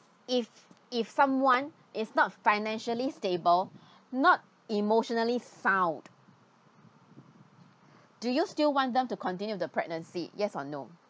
if if someone is not financially stable not emotionally sound do you still want them to continue the pregnancy yes or no